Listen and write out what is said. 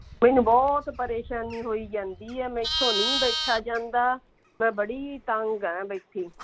ਮੈਨੂੰ ਬਹੁਤ ਪਰੇਸ਼ਾਨੀ ਹੋਈ ਜਾਂਦੀ ਹੈ ਮੇਰੇ ਤੋਂ ਨਹੀਂ ਬੈਠਾ ਜਾਂਦਾ ਮੈਂ ਬੜੀ ਤੰਗ ਆ ਬੈਠੀ